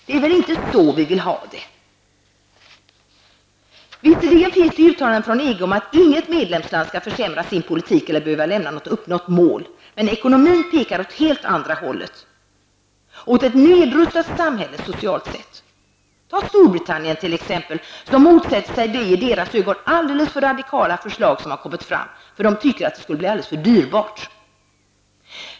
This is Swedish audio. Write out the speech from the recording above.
Det är väl inte så vi vill ha det? Visserligen finns det uttalanden från EG om att inget medlemsland skall behöva försämra sin politik eller lämna något uppnått mål, men ekonomin pekar åt andra hållet, åt ett nedrustat samhälle socialt sett. I Storbritannien motsätter man sig t.ex. de, som man anser, alltför radikala förslag som har kommit fram. Man tycker att det skulle bli för dyrt.